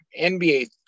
nba